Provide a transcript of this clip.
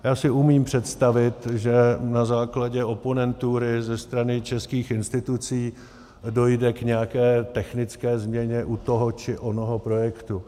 Já si umím představit, že na základě oponentury ze strany českých institucí dojde k nějaké technické změně u toho či onoho projektu.